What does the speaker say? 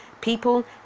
people